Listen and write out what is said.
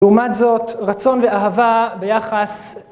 לעומת זאת רצון ואהבה ביחס